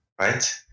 right